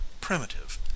primitive